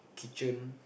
kitchen